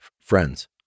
friends